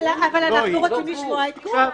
אבל אנחנו רוצים לשמוע את גור.